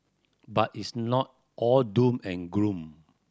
but it's not all doom and gloom